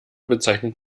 bezeichnet